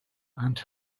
and